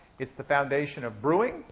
it's the foundation of brewing,